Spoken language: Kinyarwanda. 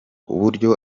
uburyo